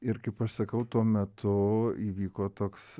ir kaip aš sakau tuo metu įvyko toks